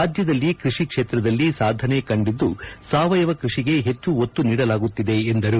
ರಾಜ್ಯದಲ್ಲಿ ಕೃಷಿ ಕ್ಷೇತ್ರದಲ್ಲಿ ಸಾಧನೆ ಕಂಡಿದ್ದು ಸಾವಯವ ಕೃಷಿಗೆ ಹೆಚ್ಚು ಒತ್ತು ನೀಡಲಾಗುತ್ತಿದೆ ಎಂದರು